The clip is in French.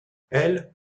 elles